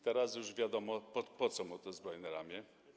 Teraz już wiadomo, po co mu to zbrojne ramię.